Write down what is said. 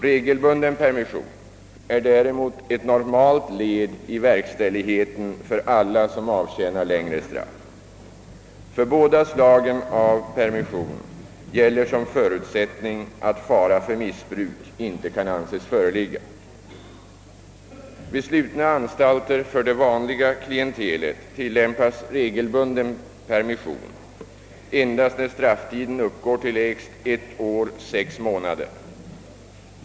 Regelbunden permission är ett normalt led i verkställigheten för alla som avtjänar längre straff. För båda slagen av permission gäller som förutsättning att fara för missbruk inte kan anses föreligga. Vid slutna anstalter för det vanliga klientelet tillämpas regelbunden permission endast när strafftiden uppgår till lägst ett år sex månader.